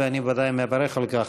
ואני בוודאי מברך על כך,